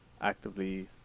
actively